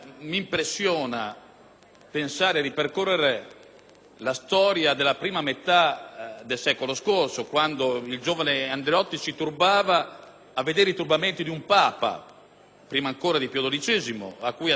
pensare di percorrere la storia della prima metà del secolo scorso, quando il giovane Andreotti si turbava a vedere i turbamenti di un Papa, prima ancora di Pio XII, che assisteva personalmente.